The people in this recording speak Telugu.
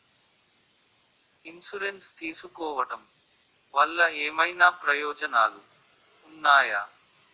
ఇన్సురెన్స్ తీసుకోవటం వల్ల ఏమైనా ప్రయోజనాలు ఉన్నాయా?